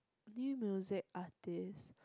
new music artist